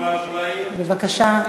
בבקשה.